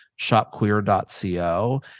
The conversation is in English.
shopqueer.co